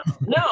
no